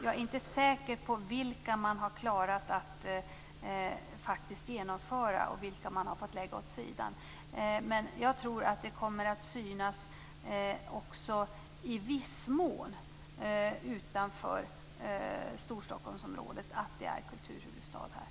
Jag är inte säker på vilka man har klarat att genomföra och vilka man har fått lägga åt sidan. Jag tror att det också kommer att synas i viss mån utanför Storstockholmsområdet att det är kulturhuvudstadsår.